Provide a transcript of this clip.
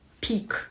peak